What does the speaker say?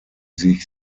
sich